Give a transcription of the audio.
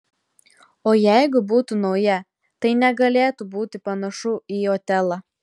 o jeigu būtų nauja tai negalėtų būti panašu į otelą